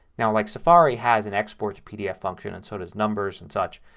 now like safari has an export to pdf function and so does numbers and such.